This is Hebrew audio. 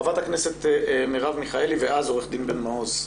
חברת הכנסת מרב מיכאלי ואז עו"ד בן מעוז.